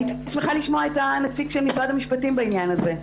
הייתי שמחה לשמוע את הנציג של משרד המשפטים בעניין הזה.